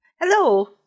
Hello